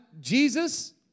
Jesus